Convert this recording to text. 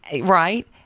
right